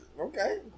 Okay